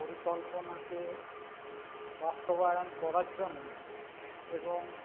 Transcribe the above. পরিকল্পনাকে বাস্তবায়ন করার জন্য এবং